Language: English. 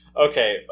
Okay